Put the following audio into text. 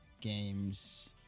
games